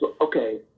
okay